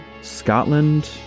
Scotland